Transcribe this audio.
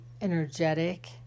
energetic